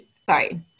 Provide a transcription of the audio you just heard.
sorry